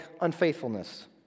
unfaithfulness